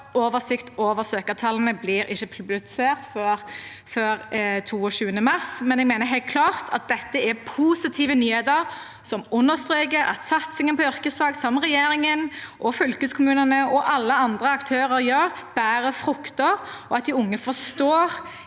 oversikt over søkertallene ikke blir publisert før 22. mars. Uansett mener jeg helt klart at dette er positive nyheter som understreker at satsingen på yrkesfag som regjeringen, fylkeskommunene og alle andre aktører gjør, bærer frukter, og at de unge forstår